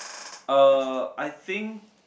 uh I think